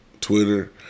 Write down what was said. Twitter